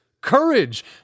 courage